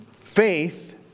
faith